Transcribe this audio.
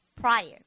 prior